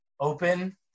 open